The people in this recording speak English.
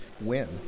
win